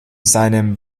seinem